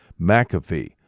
McAfee